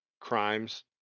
crimes